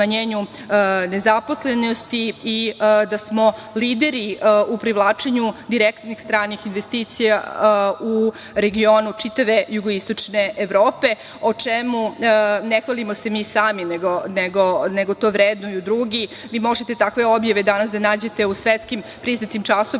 smanjenju nezaposlenosti i da smo lideri u privlačenju direktnih stranih investicija u regionu čitave jugoistočne Evrope, o čemu se ne hvalimo mi sami nego to vrednuju drugi. Možete takve objave danas da nađete u svetskim priznatim časopisima